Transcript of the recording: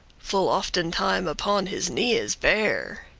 full oftentime upon his knees bare.